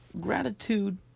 Gratitude